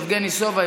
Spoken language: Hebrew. יבגני סובה,